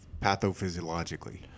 pathophysiologically